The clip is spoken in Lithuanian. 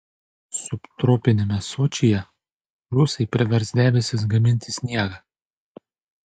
subtropiniame sočyje rusai privers debesis gaminti sniegą